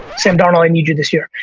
sam darnold, i need you this year.